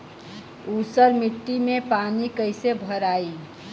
ऊसर मिट्टी में पानी कईसे भराई?